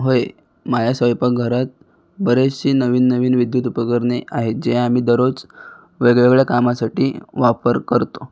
होय माझ्या स्वयंपाक घरात बरेचसे नवीन नवीन विद्युत उपकरणे आहेत जे आम्ही दररोज वेगवगेळ्या कामासाठी वापर करतो